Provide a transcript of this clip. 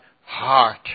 heart